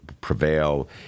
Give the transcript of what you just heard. prevail